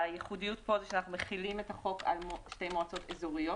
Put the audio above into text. הייחודיות פה היא שאנחנו מחילים את החוק על שתי מועצות אזוריות.